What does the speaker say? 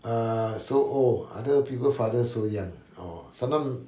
err so old other people father so young orh sometimes